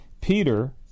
Peter